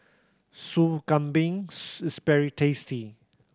Sup Kambing is very tasty